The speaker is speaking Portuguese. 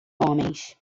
homens